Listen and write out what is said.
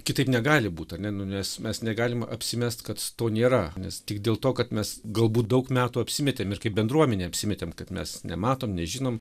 kitaip negali būt ar ne nu nes mes negalim apsimest kad to nėra nes tik dėl to kad mes galbūt daug metų apsimetėm ir kaip bendruomenė apsimetėm kad mes nematom nežinom